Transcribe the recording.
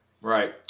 Right